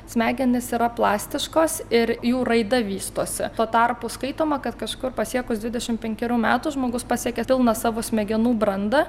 smegenys yra plastiškos ir jų raida vystosi tuo tarpu skaitoma kad kažkur pasiekus dvidešim penkerių metų žmogus pasiekia pilną savo smegenų brandą